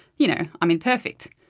you know, i'm imperfect.